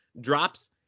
Drops